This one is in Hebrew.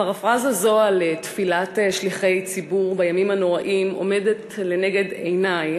פרפראזה זו על תפילת שליחי ציבור בימים הנוראים עומדת לנגד עיני,